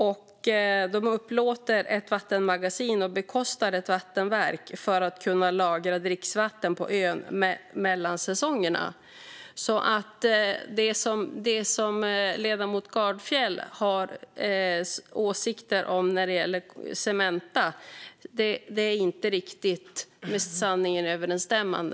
Man upplåter ett vattenmagasin och bekostar ett vattenverk för att vatten ska kunna lagras på ön mellan säsongerna. Det som ledamoten Gardfjell sa om Cementa är alltså inte riktigt med sanningen överensstämmande.